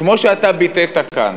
כמו שאתה ביטאת כאן,